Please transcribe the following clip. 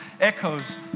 echoes